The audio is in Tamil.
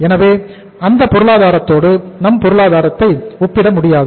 எனவே அந்த பொருளாதாரத்தோடு நம் பொருளாதாரத்தை ஒப்பிட முடியாது